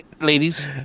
Ladies